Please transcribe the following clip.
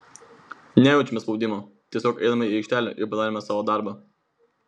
nejaučiame spaudimo tiesiog einame į aikštelę ir padarome savo darbą